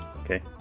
okay